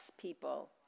people